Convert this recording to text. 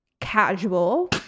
Casual